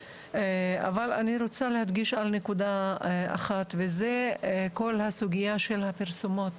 אבל אני רוצה להדגיש נקודה אחת וזה כל הסוגייה של הפרסומות